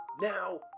Now